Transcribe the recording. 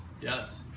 Yes